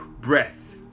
breath